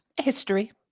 history